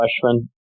freshman